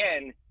again